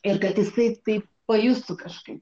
ir kad jisai tai pajustų kažkaip